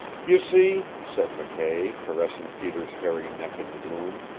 you see said mckay, caressing peter's hairy neck in the gloom.